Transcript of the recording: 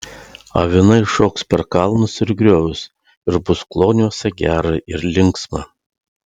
avinai šoks per kalnus ir griovius ir bus kloniuose gera ir linksma